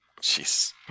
Jeez